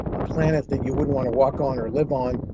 a planet that you wouldn't want to walk on or live on,